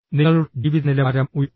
നിങ്ങളുടെ ജീവിതനിലവാരം ഉയർത്താനും